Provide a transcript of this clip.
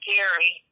Gary